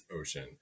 ocean